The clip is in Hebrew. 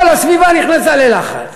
כל הסביבה נכנסה ללחץ.